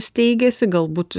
steigiasi galbūt